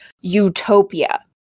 utopia